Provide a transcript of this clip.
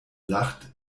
lacht